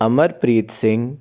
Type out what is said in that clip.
Amarpreet Singh